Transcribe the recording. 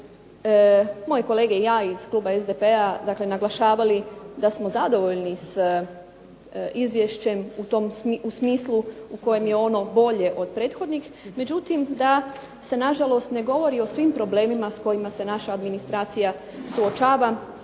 moje kolege i ja iz kluba SDP-a dakle naglašavali da smo zadovoljni s izvješćem u tom smislu, u smislu u kojem je ono bolje od prethodnih, međutim da se nažalost ne govori o svim problemima s kojima se naša administracija suočava,